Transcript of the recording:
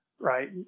right